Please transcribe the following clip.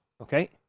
Okay